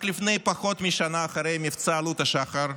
רק לפני פחות משנה, אחרי מבצע עלות השחר,